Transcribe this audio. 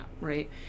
right